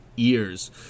Years